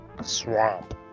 Swamp